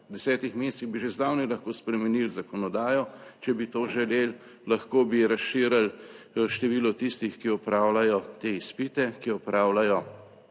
v 10. mesecih bi že zdavnaj lahko spremenili zakonodajo, če bi to želeli, lahko bi razširili število tistih, ki opravljajo te izpite, ki opravljajo